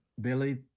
Billy